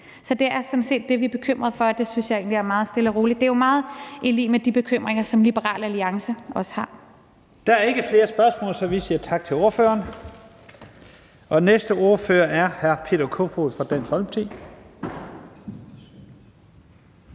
Det er sådan set det, vi er bekymret for, og det synes jeg egentlig er meget stille og roligt. Det er meget lig de bekymringer, som Liberal Alliance også har Kl. 14:01 Første næstformand (Leif Lahn Jensen): Der er ikke flere korte bemærkninger, så vi siger tak til ordføreren. Den næste ordfører er hr. Peter Kofod fra Dansk Folkeparti.